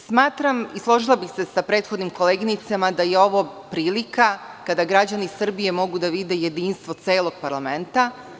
Smatram i složila bih se sa prethodnim koleginicama da je ovo prilika kada građani Srbije mogu da vide jedinstvo celog parlamenta.